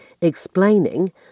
explaining